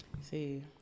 See